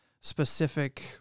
specific